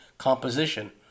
Composition